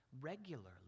regularly